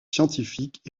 scientifiques